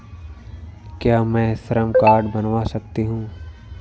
क्या मैं श्रम कार्ड बनवा सकती हूँ?